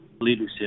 leadership